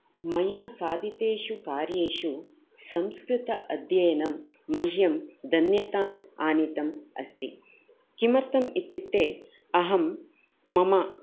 माया साधितेषु कार्येषु संस्कृत अध्यनम् मह्यं धन्यतां अनेतम् अस्ति किमर्थम् इत्युक्ते अहं मम